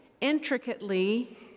intricately